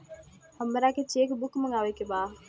हमारा के cheque book मगावे के बा?